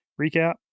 recap